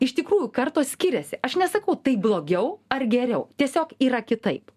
iš tikrųjų kartos skiriasi aš nesakau tai blogiau ar geriau tiesiog yra kitaip